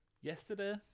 Yesterday